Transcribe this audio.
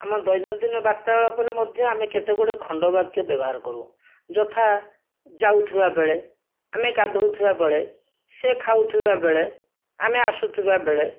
ଆମ ଦୈନନ୍ଦିନ ବାର୍ତ୍ତାଳାପରେ ମଧ୍ୟ ଆମେ କେତେଗୁଡ଼ିଏ ଖଣ୍ଡବାକ୍ୟ ବ୍ୟବହାର କରୁ ଯଥା ଯାଉଥିବାବେଳେ ଆମେ ଗାଧୋଉଥିବାବେଳେ ସେ ଖାଉଥିବାବେଳେ ଆମେ ଆସୁଥିବାବେଳେ